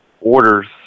orders